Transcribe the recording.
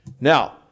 Now